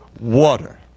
water